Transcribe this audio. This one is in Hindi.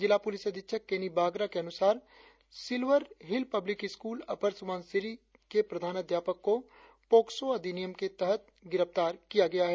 जिला पुलिस अधीक्षक केनी बागरा के अनुसार silver hill public school upper Subansiri के प्रधानाध्यापक को पोक्सो अधिनियम के तहत गिरफ्तार किया गया है